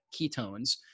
ketones